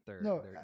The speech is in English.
No